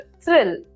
thrill